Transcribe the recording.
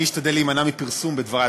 אני אשתדל להימנע מפרסום בדברי.